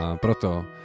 proto